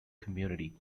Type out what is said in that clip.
community